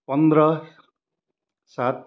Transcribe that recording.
पन्ध्र सात